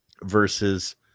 versus